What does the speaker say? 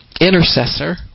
intercessor